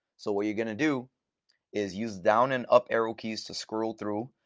so what you're going to do is use down an up arrow keys to scroll through.